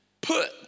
Put